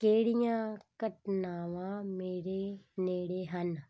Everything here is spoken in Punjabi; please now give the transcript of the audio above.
ਕਿਹੜੀਆਂ ਘਟਨਾਵਾਂ ਮੇਰੇ ਨੇੜੇ ਹਨ